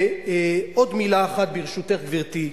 עוד מלה אחת, ברשותך, גברתי.